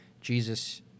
Jesus